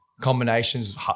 combinations